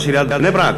ראש עיריית בני-ברק,